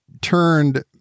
turned